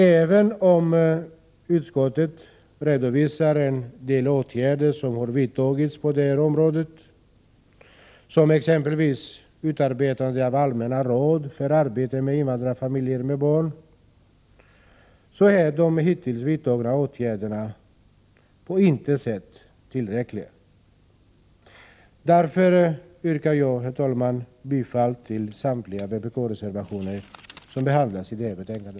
Även om utskottet redovisar en del åtgärder som har vidtagits på det här området, exempelvis utarbetande av allmänna råd för arbete med invandrarfamiljer med barn, så är de hittills vidtagna åtgärderna på intet sätt tillräckliga. Därför yrkar jag, herr talman, bifall till samtliga vpk-reservationer i detta betänkande.